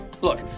Look